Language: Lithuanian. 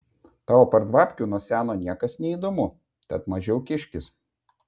tau apart babkių nuo seno niekas neįdomu tad mažiau kiškis